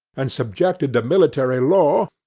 and subjected to military law,